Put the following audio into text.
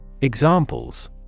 Examples